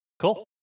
Cool